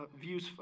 views